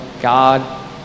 God